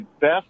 best